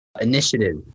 initiative